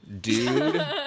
dude